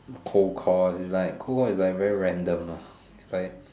cold call is like cold call is like very random lah is like